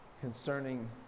Concerning